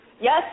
Yes